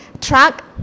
truck